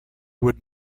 would